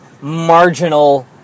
marginal